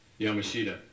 Yamashita